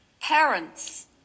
Parents